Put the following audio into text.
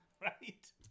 right